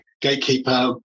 Gatekeeper